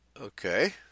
Okay